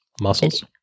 Muscles